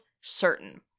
certain